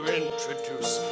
introduce